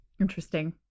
Interesting